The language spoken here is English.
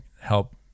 help